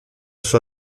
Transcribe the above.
sua